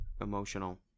emotional